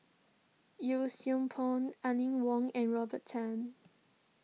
Yee Siew Pun Aline Wong and Robert Tan